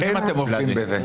שנים אתם עובדים בזה.